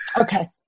Okay